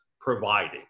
providing